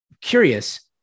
Curious